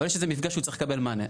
אבל יש איזה מפגע שהוא צריך לקבל מענה.